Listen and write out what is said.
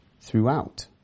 throughout